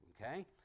Okay